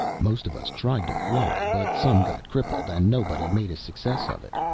most of us tried to fly, but some got crippled and nobody made a success of it.